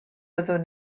fyddwn